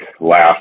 last